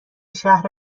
شهر